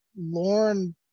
Lauren